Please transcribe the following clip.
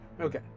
Okay